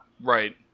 Right